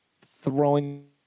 throwing